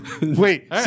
Wait